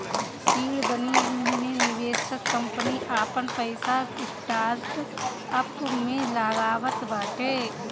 seed money मे निवेशक company आपन पईसा स्टार्टअप में लगावत बाटे